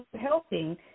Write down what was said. helping